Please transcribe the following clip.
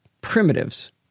Primitives